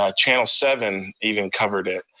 ah channel seven even covered it.